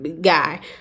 guy